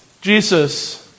Jesus